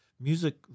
music